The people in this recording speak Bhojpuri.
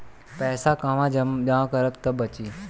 पैसा कहवा जमा करब त बची?